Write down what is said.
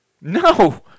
No